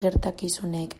gertakizunek